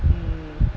mm